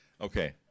Okay